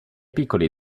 piccoli